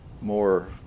more